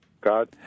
God